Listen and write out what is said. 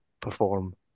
perform